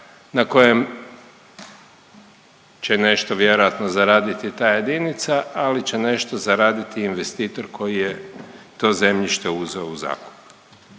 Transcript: na kojem će nešto vjerojatno zaraditi ta jedinica, ali će nešto zaraditi i investitor koji je to zemljište uzeo u zakup.